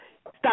stop